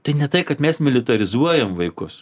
tai ne tai kad mes militarizuojam vaikus